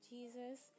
Jesus